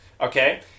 Okay